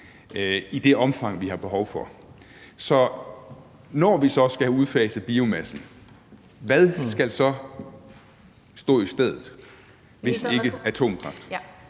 i det omfang, vi har behov for det. Så når vi skal have udfaset biomassen, hvad skal så stå i stedet – hvis ikke atomkraft?